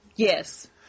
Yes